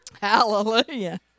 Hallelujah